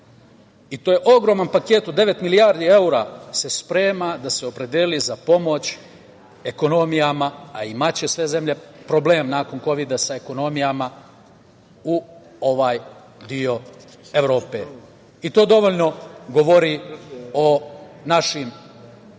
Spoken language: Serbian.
To je ogroman paket od devet milijardi evra koji se sprema da se opredeli za pomoć ekonomijama, a imaće sve zemlje problem nakon kovida sa ekonomijama u ovaj deo Evrope. To dovoljno govori o našim